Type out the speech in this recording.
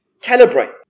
calibrate